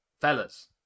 fellas